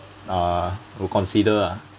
uh will consider ah